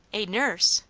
a nurse!